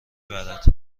برد